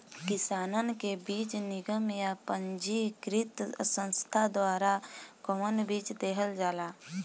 किसानन के बीज निगम या पंजीकृत संस्था द्वारा कवन बीज देहल जाला?